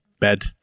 bed